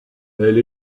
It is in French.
elle